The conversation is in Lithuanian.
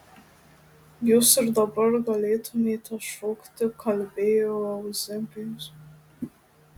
jūs ir dabar galėtumėte šokti kalbėjo euzebijus